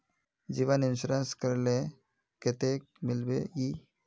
जीवन इंश्योरेंस करले कतेक मिलबे ई?